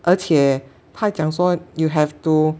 而且他讲说 you have to